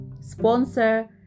Sponsor